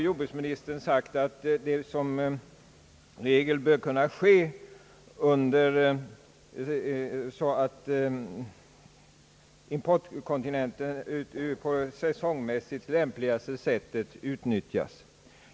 Jordbruksministern har nu uttalat att denna köttimport som regel bör kunna utformas så att importkontingenten på säsongmässigt lämpligaste sätt utnyttjas.